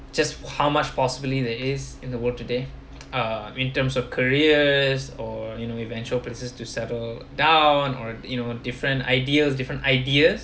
just how much possibility that is in the world today uh in terms of careers or you know eventual places to settle down or you know different ideas different ideas